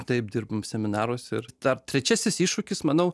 taip dirbam seminaruose ir dar trečiasis iššūkis manau